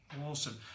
Awesome